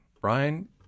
Brian